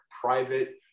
private